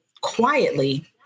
quietly